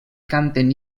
canten